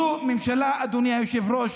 זו ממשלה, אדוני היושב-ראש,